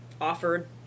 offered